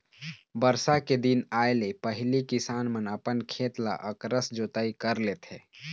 बरसा के दिन आए ले पहिली किसान मन अपन खेत ल अकरस जोतई कर लेथे